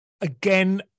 again